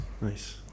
Nice